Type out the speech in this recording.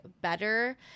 better